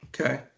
Okay